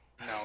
No